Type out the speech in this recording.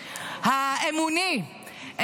האמוני,